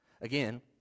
Again